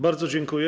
Bardzo dziękuję.